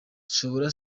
dushobora